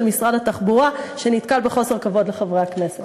משרד התחבורה שנתקל בחוסר כבוד לחברי הכנסת.